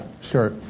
Sure